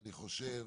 אני חושב